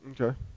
Okay